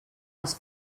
els